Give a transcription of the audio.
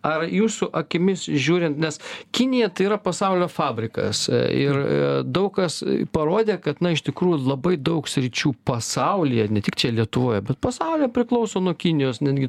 ar jūsų akimis žiūrint nes kinija tai yra pasaulio fabrikas ir daug kas parodė kad na iš tikrųjų labai daug sričių pasaulyje ne tik čia lietuvoj bet pasaulyje priklauso nuo kinijos netgi